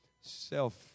self